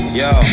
yo